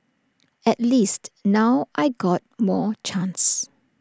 at least now I got more chance